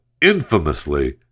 infamously